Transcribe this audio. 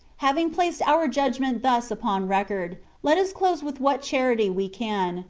having placed our judgment thus upon record, let us close with what charity we can,